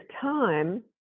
time